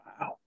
Wow